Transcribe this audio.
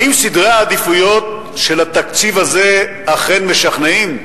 האם סדרי העדיפויות של התקציב הזה אכן משכנעים?